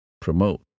promote